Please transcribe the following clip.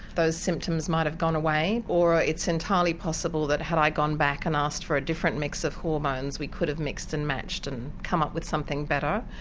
those symptoms might have gone away or it's entirely possible that had i gone back and asked for a different mix of hormones we could have mixed and matched and come up with something better.